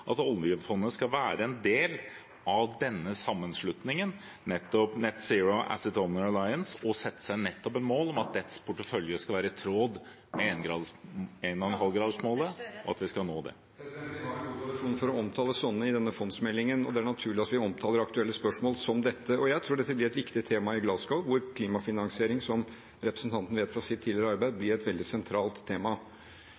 sette seg et mål om at dets portefølje skal være i tråd med 1,5-gradersmålet, og at vi skal nå det? Vi har en god tradisjon for å omtale sånne i denne fondsmeldingen, og det er naturlig at vi omtaler aktuelle spørsmål som dette. Jeg tror det blir et viktig tema i Glasgow, hvor klimafinansiering, som representanten vet fra sitt tidligere arbeid,